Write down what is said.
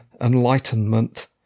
Enlightenment